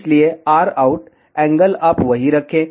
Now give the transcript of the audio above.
इसलिए rout angle आप वही रखें